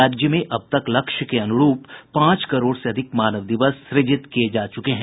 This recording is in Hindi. राज्य में अबतक लक्ष्य के अनुरूप पांच करोड़ से अधिक मानव दिवस सृजित किये जा चुके हैं